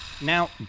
Now